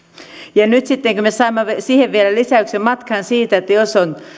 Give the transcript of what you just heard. ja nyt kun me me saamme siihen vielä lisäyksen matkaan siitä jos on